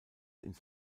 ins